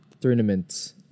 tournaments